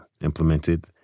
implemented